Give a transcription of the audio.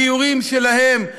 הגיורים שלהם,